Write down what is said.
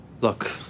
Look